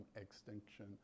extinction